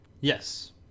Yes